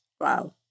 Wow